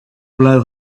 blow